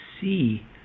see